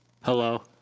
Hello